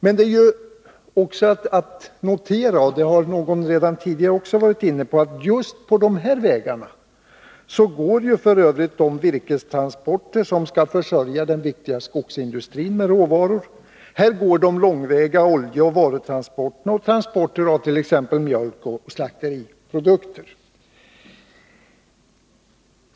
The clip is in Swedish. Men det är också att notera — och detta har någon redan varit inne på — att just på sådana vägar går de virkestransporter som skall försörja den viktiga skogsindustrin med råvaror, där går de långväga oljeoch varutransporterna och transporter av t.ex. mjölkoch slakteriprodukter.